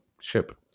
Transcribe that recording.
ship